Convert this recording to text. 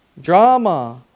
drama